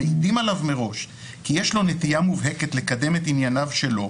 מעידים עליו מראש כי יש לו נטייה מובהקת לקדם את ענייניו שלו,